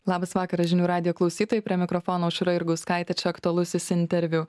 labas vakaras žinių radijo klausytojai prie mikrofono aušra jurgauskaitė čia aktualusis interviu